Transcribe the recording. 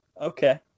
okay